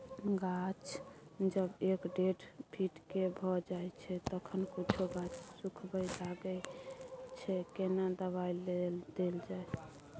गाछ जब एक डेढ फीट के भ जायछै तखन कुछो गाछ सुखबय लागय छै केना दबाय देल जाय?